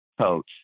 coach